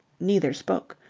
neither spoke.